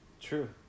true